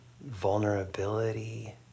vulnerability